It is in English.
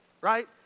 right